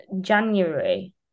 January